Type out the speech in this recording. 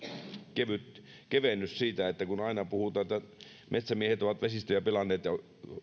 kevyt kevennys että kun aina puhutaan että metsämiehet ovat vesistöjä pilanneet ja